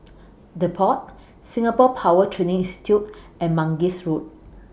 The Pod Singapore Power Training Institute and Mangis Road